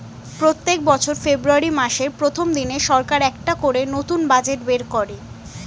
প্রত্যেক বছর ফেব্রুয়ারি মাসের প্রথম দিনে সরকার একটা করে নতুন বাজেট বের করে